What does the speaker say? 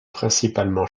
principalement